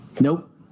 Nope